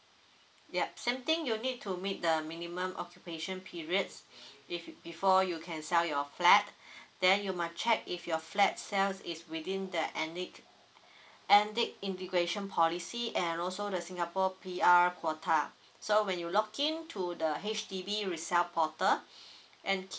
yup same thing you need to make the minimum occupation periods if you before you can sell your flat then you might check if your flat sell is within that ethnic ethnic integration policy and also the singapore P_R quota so when you lock in to the H_D_B resell portal and key